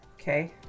Okay